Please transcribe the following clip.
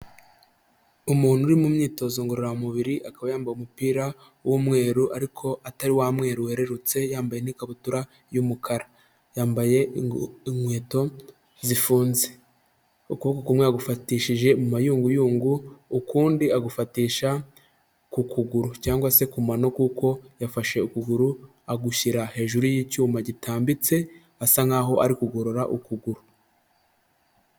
Umuntu uri mu myitozo ngororamubiri, akaba yambaye umupira w'umweru ariko atari wa mweru wererutse, yambaye n'ikabutura y'umukara, yambaye inkweto zifunze. Ukuboko kumwe yagufatishije mu mayunguyungu, ukundi agufatisha ku kuguru cyangwa se ku mano kuko yafashe ukuguru; agushyira hejuru y'icyuma gitambitse asa nkaho ari kugorora ukuguru.